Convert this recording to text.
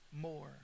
more